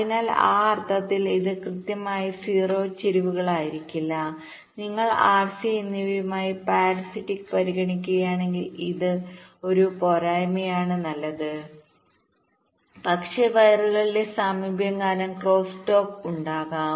അതിനാൽ ആ അർത്ഥത്തിൽ ഇത് കൃത്യമായി 0 ചരിവുകളായിരിക്കില്ല നിങ്ങൾ R C എന്നിവയുമായി പരസിറ്റിക്സ് പരിഗണിക്കുകയാണെങ്കിൽ ഇത് ഒരു പോരായ്മയാണ് നല്ലത് പക്ഷേ വയറുകളുടെ സാമീപ്യം കാരണം ക്രോസ് ടോക്ക് ഉണ്ടാകാം